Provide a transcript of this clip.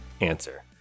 answer